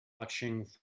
watching